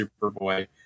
Superboy